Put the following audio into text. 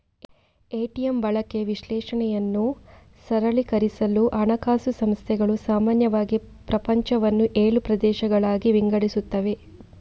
ATM ಬಳಕೆ ವಿಶ್ಲೇಷಣೆಯನ್ನು ಸರಳೀಕರಿಸಲು ಹಣಕಾಸು ಸಂಸ್ಥೆಗಳು ಸಾಮಾನ್ಯವಾಗಿ ಪ್ರಪಂಚವನ್ನು ಏಳು ಪ್ರದೇಶಗಳಾಗಿ ವಿಂಗಡಿಸುತ್ತವೆ